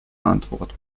antwort